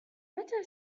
متى